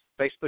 Facebook